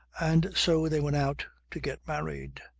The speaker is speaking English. and so they went out to get married,